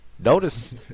notice